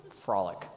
frolic